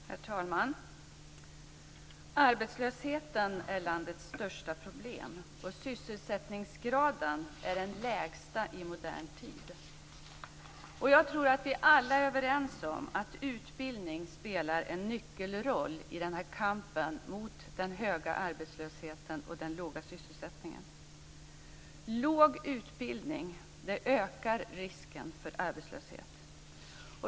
Herr talman! Arbetslösheten är landets största problem. Sysselsättningsgraden är den lägsta i modern tid. Jag tror att vi alla är överens om att utbildning spelar en nyckelroll i kampen mot den höga arbetslösheten och den låga sysselsättningen. Låg utbildning ökar risken för arbetslöshet.